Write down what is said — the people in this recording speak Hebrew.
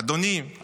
אדוני,